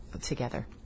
together